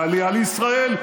בעלייה לישראל.